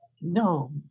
No